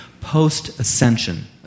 post-ascension